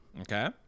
Okay